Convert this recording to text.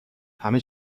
همه